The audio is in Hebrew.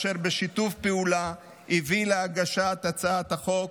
אשר בשיתוף פעולה הביא להגשת הצעת החוק,